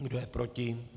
Kdo je proti?